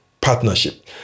partnership